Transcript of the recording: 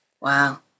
Wow